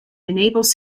enables